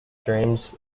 dreams